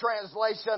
translation